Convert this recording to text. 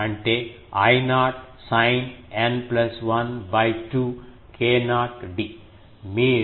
అంటే I0 sine n 1 2 k0 d